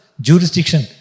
jurisdiction